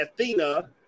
Athena